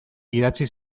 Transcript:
idatzi